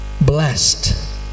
Blessed